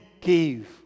give